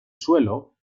suelo